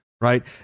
right